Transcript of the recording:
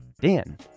Dan